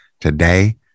Today